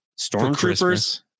stormtroopers